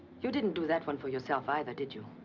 you didn't do that one for yourself either, did you?